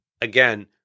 again